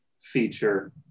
feature